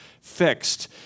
fixed